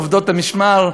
עובדות המשמר,